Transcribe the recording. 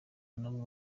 n’umwe